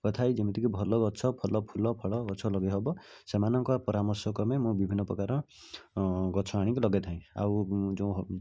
କଥା ହୋଇକି ଯେମିତିକି ଭଲ ଗଛ ଭଲ ଫୁଲ ଫଳ ଗଛ ଲଗାଇହେବ ସେମାନଙ୍କ ପରାମର୍ଶକ୍ରମେ ମୁଁ ବିଭିନ୍ନ ପ୍ରକାର ଗଛ ଆଣିକି ଲଗାଇଥାଏଁ ଆଉ ଯେଉଁ